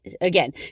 Again